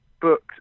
booked